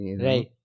Right